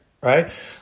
right